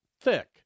thick